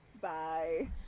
Bye